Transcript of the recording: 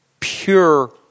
Pure